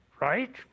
right